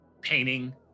painting